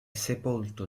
sepolto